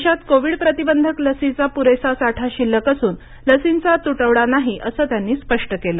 देशात कोविड प्रतिबंधक लसीचा पुरेसा साठा शिल्लक असून लसींचा तुटवडा नाही असं त्यांनी स्पष्ट केलं